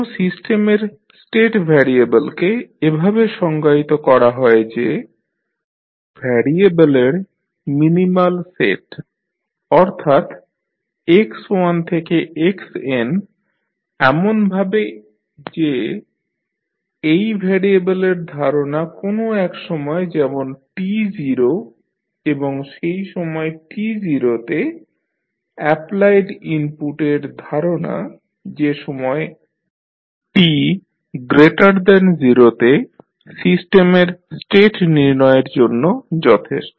কোনো সিস্টেমের স্টেট ভ্যারিয়েবলকে এভাবে সংজ্ঞায়িত করা হয় যে ভ্যারিয়েবলের মিনিমাল সেট অর্থাৎ x1 থেকে xn এমনভাবে যে এই ভ্যারিয়েবলের ধারণা কোনো এক সময় যেমন t0 এবং সেই সময় t0 তে অ্যাপ্লায়েড ইনপুটের ধারণা যে কোন সময় tto তে সিস্টেমের স্টেট নির্ণয়ের জন্য যথেষ্ট